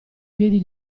piedi